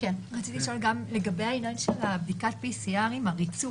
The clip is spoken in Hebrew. רציתי לשאול גם לגבי העניין של בדיקת PCR והריצוף,